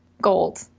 gold